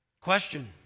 Question